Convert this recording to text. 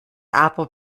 apple